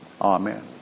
Amen